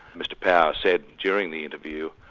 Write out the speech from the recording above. mr power said during the interview,